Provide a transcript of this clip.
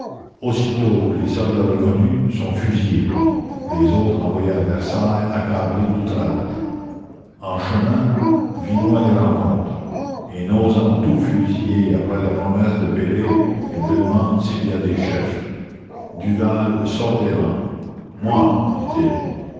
aussitôt les soldats reconnus sont fusillés les autres envoyés à versailles accablés d'outrages en chemin vinoy les rencontre et n'osant tout fusiller après la promesse de pellé il demande s'il y a des chefs duval sort des rangs moi dit-il